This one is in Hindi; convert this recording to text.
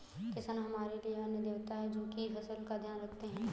किसान हमारे लिए अन्न देवता है, जो की फसल का ध्यान रखते है